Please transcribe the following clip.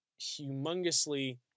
humongously